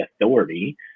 authority